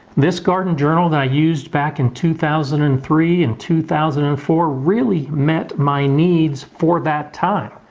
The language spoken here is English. this garden journal that i used back in two thousand and three and two thousand and four really met my needs for that time.